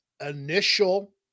initial